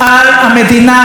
המדינה של כולם,